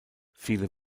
viele